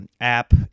app